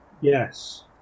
Yes